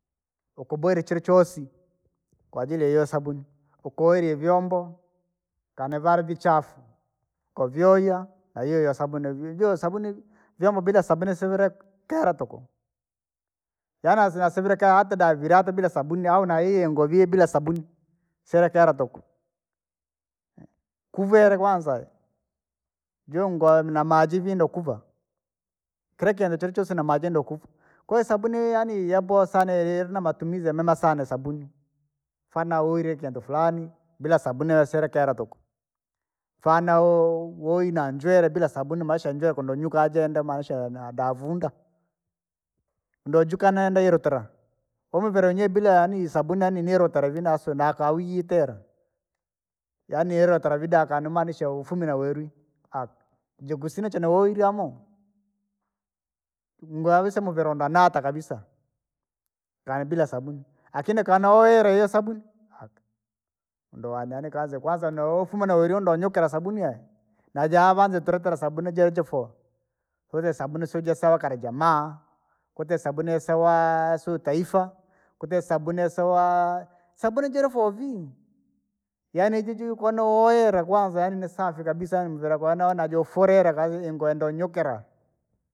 Ukaboirya chiri choosi, kwajili ya iyoo sabuni, wakariya vyomboo, kaane vyare vichafu, ukavyooya na iyoiyo sabuni vii- joo sabuni, vyombo bila sabuni sivireka, keera tukuu. Yaani asi- sivinika ata da viratu bila sabuni au na yii ngoo bilas sabuni. Silikera tuku, kuvere kwanza, jii ingo na maji vindo kuvaa, kira kintu chini choosi na maji ndo kuvaa, kuwahiyo subuni yaani yaboa saana ilinamatumizi yamema sana sabuni, fyaana uryeire kinutu fulani bila subuni siinileera tukuu faana uwiri kintu frani, bila sabuni yaselekera tuku, fana ooho! Woina njwele bila sabuni maisha njwele kuno nyuka jenda maisha yanadavunda. Ndojuka nenda yulitera yeru tara, umuviri yenye bila yaani sabuni yaani nyele utala vinasu nakawire iji itera, yaani yere utara vida akanimanishaufumie welwi, aka jikusina chinowoirwa mo, ngoisya muvilonda nata kabisa. Yaani bila sabuni, akini kanaoele ye sabuni, aka, ndoanini kanza kwanza! Nooufuma naulyo ndonyokela sabuni yee, najaavandu tulitola sabuni jejofua, uze sabuni siujesawa kali? Jamaa. Kuti sabuni yesawaa sutaifa, kuti sabuni sowaa sabuni jirifua vii, yaani jiji konowowera kwanza yaani ni safi kabisa yaani mvira konaona jofulila kazi ingoo ndo nunyukira.